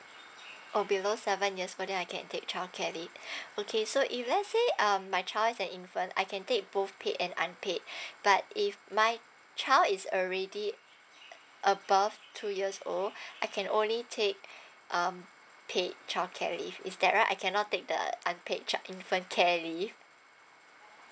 orh below seven years so that I can take childcare leave okay so if lets say um my child is an infant I can take both paid and unpaid but if my child is already above two years old I can only take um paid childcare leave is that right I cannot take the unpaid child~ infant care leave